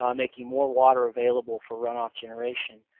um making more water available for runoff generation.